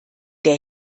der